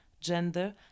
Gender